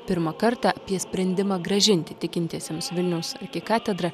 pirmą kartą apie sprendimą grąžinti tikintiesiems vilniaus arkikatedrą